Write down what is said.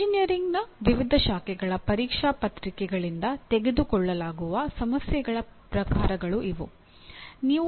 ಎಂಜಿನಿಯರಿಂಗ್ನ ವಿವಿಧ ಶಾಖೆಗಳ ಪರೀಕ್ಷಾ ಪತ್ರಿಕೆಗಳಿಂದ ತೆಗೆದುಕೊಳ್ಳಲಾಗುವ ಸಮಸ್ಯೆಗಳ ಪ್ರಕಾರಗಳು ಇವು